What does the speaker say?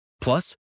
Plus